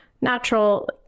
natural